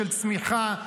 של צמיחה,